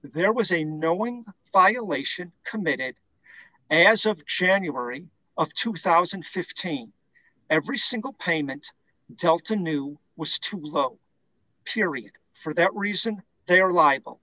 there was a knowing violation committed and as of january of two thousand and fifteen every single payment tell to new was to look period for that reason they are liable